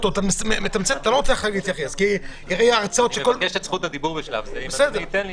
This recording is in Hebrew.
--- אני מבקש את זכות הדיבור בשלב זה ואם אדוני ייתן לי,